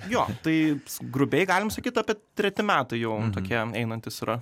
jo tai grubiai galim sakyti apie treti metai jau tokie einantys yra